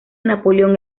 napoleón